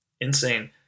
Insane